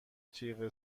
تیغ